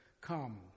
Come